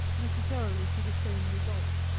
necessarily to the same result.